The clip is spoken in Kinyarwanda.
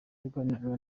yaganiraga